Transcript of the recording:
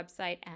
website